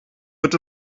wird